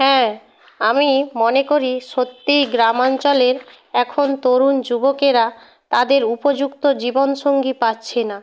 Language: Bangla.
হ্যাঁ আমি মনে করি সত্যিই গ্রামাঞ্চলের এখন তরুণ যুবকেরা তাদের উপযুক্ত জীবন সঙ্গী পাচ্ছে না